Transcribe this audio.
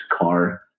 car